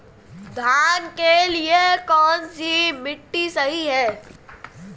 धान के लिए कौन सी मिट्टी सही है?